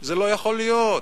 זה לא יכול להיות,